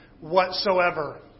whatsoever